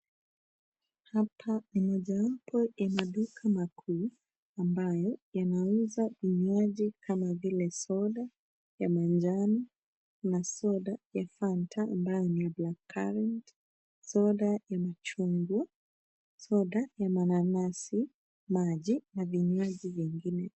Hapa ni mojawapo ya maduka makuu ambayo yanauza vinywaji kama vile soda ya manjano na soda ya fanta ambayo ni ya blackcurrant , soda ya machungwa, soda ya mananasi, maji na vinywaji vingine.